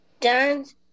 dance